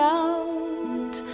out